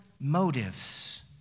motives